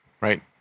Right